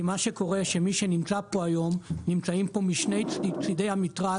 כי מה שקורה זה שמי שנמצא פה היום נמצאים פה משני צדי המתרס,